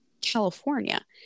California